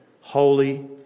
holy